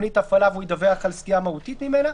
2) יהיה כל נושא תוכנית ההפעלה והוא ידווח על סטייה מהותית ממנה.